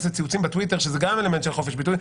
לציוצים בטוויטר שזה גם אלמנט של חופש ביטוי.